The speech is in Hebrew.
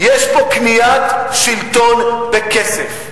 יש פה קניית שלטון בכסף.